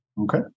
Okay